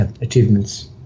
achievements